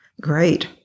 great